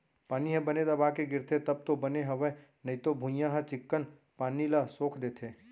पानी ह बने दबा के गिरथे तब तो बने हवय नइते भुइयॉं ह चिक्कन पानी ल सोख देथे